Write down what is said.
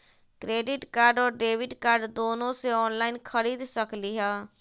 Credit card और debit card दोनों से ऑनलाइन खरीद सकली ह?